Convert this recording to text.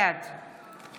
בעד